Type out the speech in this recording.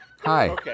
Hi